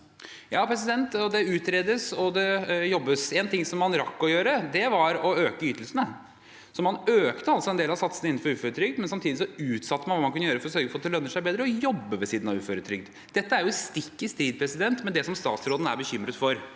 (H) Det utredes, og det jobbes. Én ting som man rakk å gjøre, var å øke ytelsene. Man økte altså en del av satsene innenfor uføretrygd, men samtidig utsatte man det man kunne gjøre for å sørge for at det lønner seg bedre å jobbe ved siden av uføretrygd. Dette er stikk i strid med det statsråden er bekymret for.